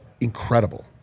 incredible